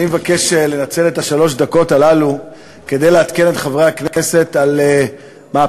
אני מנצל את שלוש הדקות האלה כדי לעדכן את חברי הכנסת על מהפכה,